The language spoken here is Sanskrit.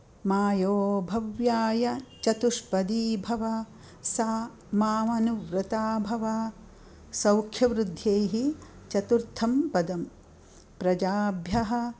मा यो भव्याय चतुष्पदी भव सा मामनुव्रता भव सौख्यवृद्ध्यैः चतुर्थं पदं प्रजाभ्यः